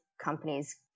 companies